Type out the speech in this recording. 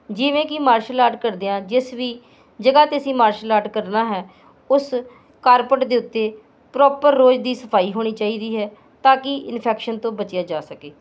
ਜਿਵੇਂ ਕਿ martial art ਕਰਦਿਆਂ ਜਿਸ ਵੀ ਜਗ੍ਹਾ 'ਤੇ ਅਸੀਂ ਮਾਰਸ਼ਲ ਆਰਟ ਕਰਨਾ ਹੈ ਉਸ ਕਾਰਪਟ ਦੇ ਉੱਤੇ ਪ੍ਰੋਪਰ ਰੋਜ਼ ਦੀ ਸਫਾਈ ਹੋਣੀ ਚਾਹੀਦੀ ਹੈ ਤਾਂ ਕਿ ਇਨਫੈਕਸ਼ਨ ਤੋਂ ਬਚਿਆ ਜਾ ਸਕਿਆ